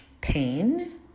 pain